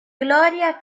gloria